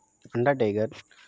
under డైగర్